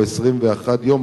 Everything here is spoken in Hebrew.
או 21 יום,